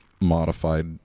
modified